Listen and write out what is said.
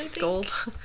gold